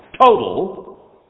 total